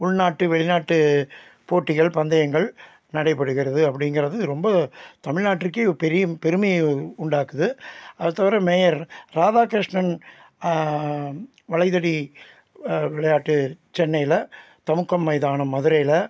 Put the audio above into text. உள்நாட்டு வெளிநாட்டு போட்டிகள் பந்தயங்கள் நடைப்பெறுகிறது அப்படிங்கிறது ரொம்ப தமிழ்நாட்டிற்கு பெரிய பெருமையை உண்டாக்குது அதை தவிர மேயர் ராதாகிருஷ்ணன் வளைதடி விளையாட்டு சென்னையில் தமுக்கம் மைதானம் மதுரையில்